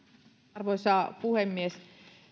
arvoisa puhemies